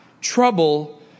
trouble